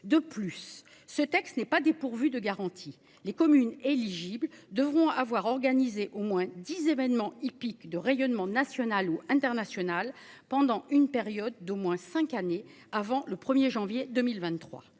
De plus, ce texte n'est pas dépourvue de garantie les communes éligibles devront avoir organisé au moins 10 événement hippique de rayonnement national ou international, pendant une période d'au moins 5 années avant le 1er janvier 2023.